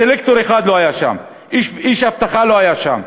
סלקטור אחד לא היה שם, איש אבטחה לא היה שם.